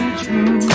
true